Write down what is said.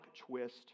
twist